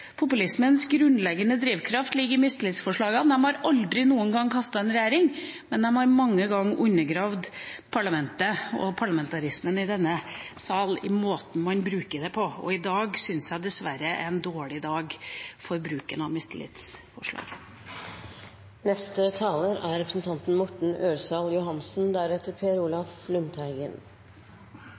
populismens grunnleggende drivkraft ligger i mistillitsforslagene. De har aldri noen gang kastet en regjering, men de har mange ganger undergravd parlamentet og parlamentarismen i denne salen i måten en bruker det på, og dagen i dag syns jeg dessverre er en dårlig dag for å stille et mistillitsforslag. Jeg er